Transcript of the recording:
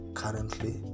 currently